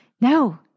No